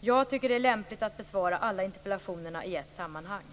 Jag tycker att det är lämpligt att besvara alla interpellationerna i ett sammanhang.